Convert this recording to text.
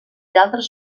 d’altres